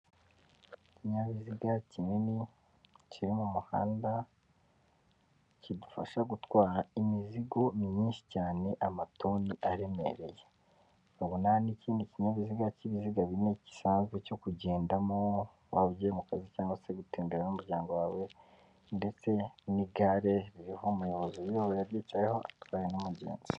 Ikinyabiziga kinini kiri mu muhanda kidufasha gutwara imizigo myinshi cyane amatoni aremereye, nkabona n'ikindi kinyabiziga cy'ibiziga bine gisanzwe cyo kugendamo waba ugiye mu kazi cyangwa se gutembera n'umuryango wawe ndetse n'igare ririho umunyonzi uryicayeho atwaye n' umugenzi.